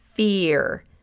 fear